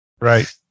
Right